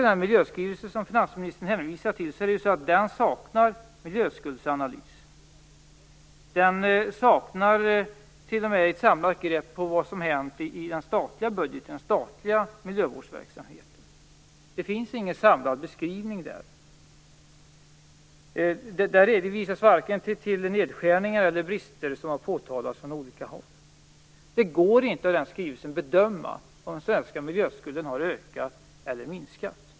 Den miljöskrivelse som finansministern hänvisar till saknar miljöskuldsanalys. Den saknar t.o.m. ett samlat grepp om vad som har hänt i den statliga miljövårdsverksamheten. Det finns ingen samlad beskrivning. Där redovisas varken de nedskärningar eller de brister som har påtalats från olika håll. Det går inte att bedöma av den skrivelsen om den svenska miljöskulden har ökat eller minskat.